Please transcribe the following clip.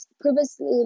previously